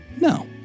No